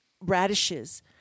radishes